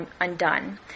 undone